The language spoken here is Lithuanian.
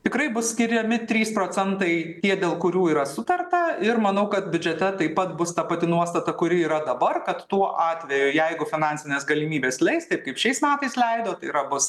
tikrai bus skiriami trys procentai tie dėl kurių yra sutarta ir manau kad biudžete taip pat bus ta pati nuostata kuri yra dabar kad tuo atveju jeigu finansinės galimybės leis taip kaip šiais metais leido tai yra bus